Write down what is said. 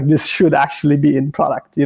this should actually be in product. yeah